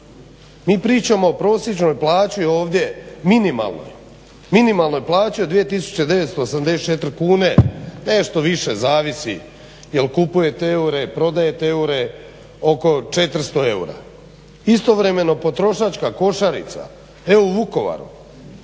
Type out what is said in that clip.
Mi pričamo o prosječnoj plaći ovdje minimalnoj, minimalnoj plaći od 2984 kune, nešto više, zavisi jel kupujete eure, prodajete eure, oko 400 eura. Istovremeno potrošačka košarica evo u Vukovaru